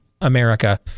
America